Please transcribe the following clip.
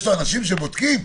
יש לו אנשים שבודקים,